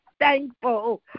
thankful